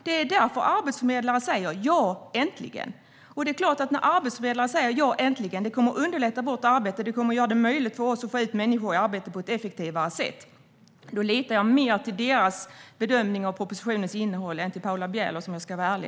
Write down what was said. Det är därför arbetsförmedlare säger "Ja, äntligen!". När arbetsförmedlare säger att detta kommer att underlätta deras arbete - att det kommer att göra det möjligt för dem att få ut människor i arbete på ett effektivare sätt - litar jag mer till deras bedömning av propositionens innehåll än till Paula Bielers, om jag ska vara ärlig.